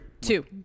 two